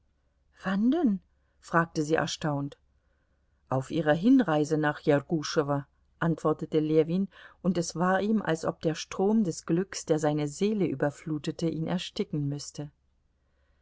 wann denn fragte sie erstaunt auf ihrer hinreise nach jerguschowo antwortete ljewin und es war ihm als ob der strom des glücks der seine seele überflutete ihn ersticken müßte